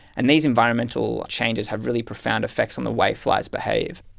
and these environmental changes have really profound effects on the way flies behave.